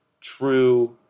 true